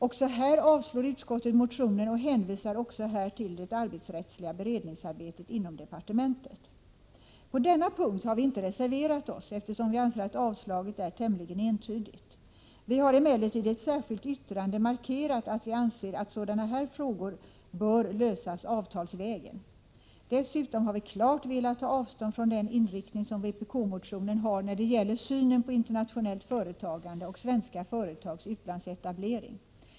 Också denna motion avstyrker utskottet och hänvisar även här till det arbetsrättsliga beredningsarbetet inom departementet. Vi har inte reserverat oss på denna punkt eftersom vi anser att avstyrkandet är tämligen entydigt. Vi har emellertid i ett särskilt yttrande markerat att vi anser att sådana här frågor bör lösas avtalsvägen. Dessutom har vi klart velat ta avstånd från vpk-motionens inriktning när det gäller synen på internationellt företagande och svenska företags utlandsetablering.